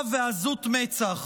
מצח.